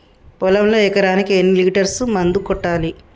పొలంలో ఎకరాకి ఎన్ని లీటర్స్ మందు కొట్టాలి?